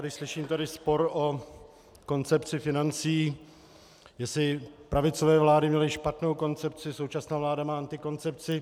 Když slyším tady spor o koncepci financí, jestli pravicové vlády měly špatnou koncepci, současná vláda má antikoncepci...